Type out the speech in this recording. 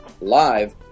live